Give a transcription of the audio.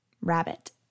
Rabbit